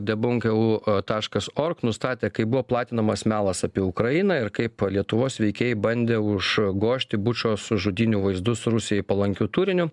debunk eu taškas org nustatė kaip buvo platinamas melas apie ukrainą ir kaip lietuvos veikėjai bandė užgožti bučos žudynių vaizdus rusijai palankiu turiniu